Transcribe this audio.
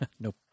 nope